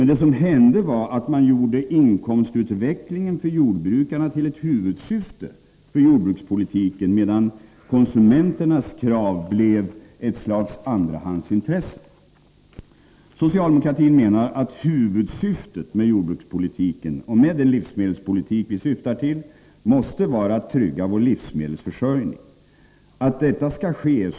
Det som hände var att man gjorde jordbrukarnas inkomstutveckling till ett huvudsyfte för jordbrukspolitiken, medan konsumenternas krav blev ett slags andrahandsintresse. Socialdemokratin menar att huvudsyftet med jordbrukspolitiken och med den livsmedelspolitik vi vill föra måste vara att trygga vår livsmedelsförsörjning.